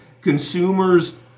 Consumers